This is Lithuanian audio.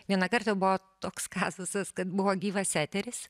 vieną kartą buvo toks kazusas kad buvo gyvas eteris